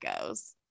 goes